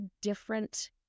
different